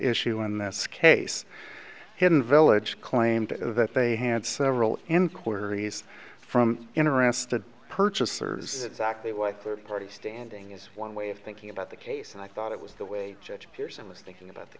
issue in this case hidden village claimed that they had several inquiries from interested purchasers exactly why third party standing is one way of thinking about the case and i thought it was the way judge pearson was thinking about the